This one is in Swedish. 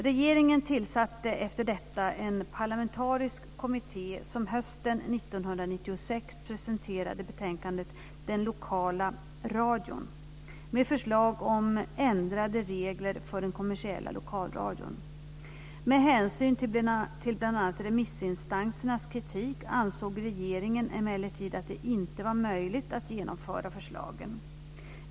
Regeringen tillsatte därefter en parlamentarisk kommitté som hösten 1996 presenterade betänkandet Den lokala radion med förslag om ändrade regler för den kommersiella lokalradion. Med hänsyn till bl.a. remissinstansernas kritik ansåg regeringen emellertid att det inte var möjligt att genomföra förslagen.